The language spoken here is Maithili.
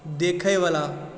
देखैवला